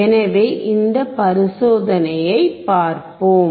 எனவே இந்த பரிசோதனையைப் பார்ப்போம்